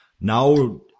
now